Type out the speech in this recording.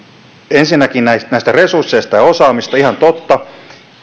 ensinnäkin resursseista ja osaamisesta ihan totta